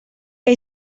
que